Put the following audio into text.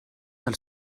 del